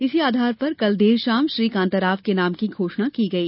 इसी आधार पर कल देर शाम श्री कांताराव के नाम की घोषणा की गई